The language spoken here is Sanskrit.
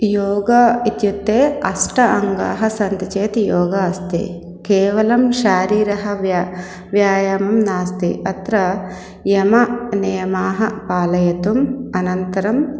योगः इत्युक्त्ते अष्ट अङ्गानि सन्ति चेत् योगः अस्ति केवलं शारीरः व्या व्यायामः नास्ति अत्र यमनियमान् पालयितुम् अनन्तरं